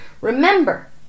Remember